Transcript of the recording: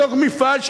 בתוך מפעל,